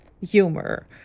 humor